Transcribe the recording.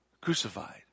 crucified